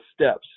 steps